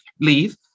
leave